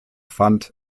fand